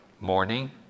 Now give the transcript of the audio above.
morning